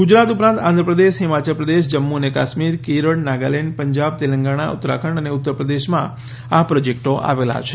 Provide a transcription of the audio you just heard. ગુજરાત ઉપરાંત આંધ્રપ્રદેશ હિમાચલ પ્રદેશ જમ્મુ અને કાશ્મીર કેરળ નાગાલેન્ડ પંજાબ તેલંગાણા ઉત્તરાખંડ અને ઉત્તરપ્રદેશમાં આ પ્રોજેક્ટો આવેલા છે